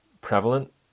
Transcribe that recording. prevalent